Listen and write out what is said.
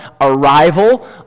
arrival